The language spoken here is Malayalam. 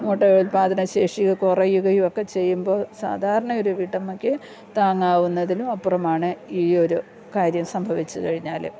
മുട്ട ഉൽപാദനശേഷി കുറയുകയും ഒക്കെ ചെയ്യുമ്പോൾ സാധാരണ ഒരു വീട്ടമ്മയ്ക്ക് താങ്ങാവുന്നതിലും അപ്പുറമാണ് ഈ ഒരു കാര്യം സംഭവിച്ചു കഴിഞ്ഞാൽ